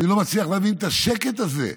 אני לא מצליח להבין את השקט הזה,